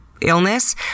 illness